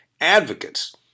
advocates